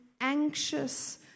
anxious